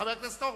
חבר הכנסת אורבך,